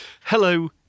hello